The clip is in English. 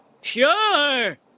Sure